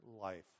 life